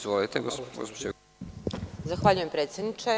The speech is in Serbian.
Zahvaljujem predsedniče.